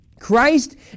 Christ